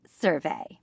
survey